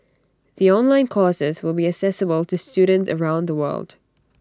the online courses will be accessible to students around the world